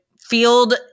field